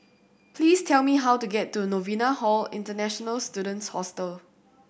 please tell me how to get to Novena Hall International Students Hostel